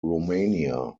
romania